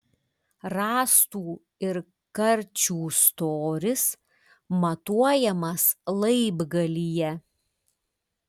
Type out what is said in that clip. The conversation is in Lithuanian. rąstų ir karčių storis matuojamas laibgalyje